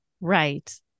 Right